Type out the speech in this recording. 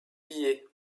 billet